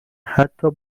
حتی